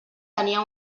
tenia